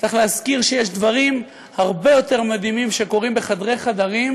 צריך להזכיר שיש דברים הרבה יותר מדהימים שקורים בחדרי-חדרים,